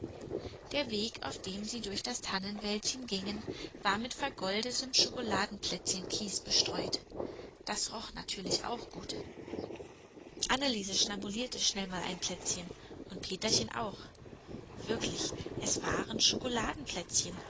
der weg auf dem sie durch das tannenwäldchen gingen war mit vergoldetem schokoladenplätzchenkies bestreut das roch natürlich auch gut anneliese schnabulierte schnell mal ein plätzchen und peterchen auch wirklich es waren